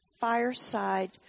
fireside